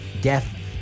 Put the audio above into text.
death